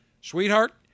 sweetheart